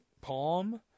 palm